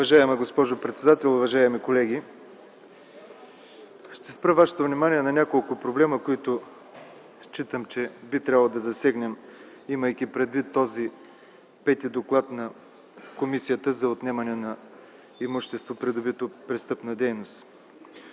Уважаема госпожо председател, уважаеми колеги! Ще спра Вашето внимание на няколко проблема, които считам, че би трябвало да засегнем, имайки предвид този пети доклад на Комисията за отнемане на имущество, придобито от престъпна дейност.